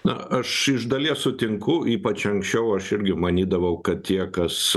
na aš iš dalies sutinku ypač anksčiau aš irgi manydavau kad tie kas